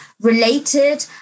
related